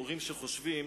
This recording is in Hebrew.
הורים שחושבים